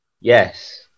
yes